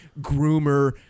groomer